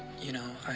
you know,